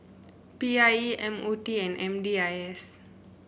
P I E M O T and M D I S